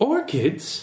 Orchids